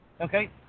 okay